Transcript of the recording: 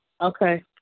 Okay